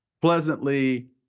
pleasantly